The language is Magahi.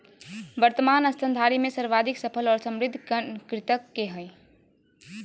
वर्तमान स्तनधारी में सर्वाधिक सफल और समृद्ध गण कृंतक के हइ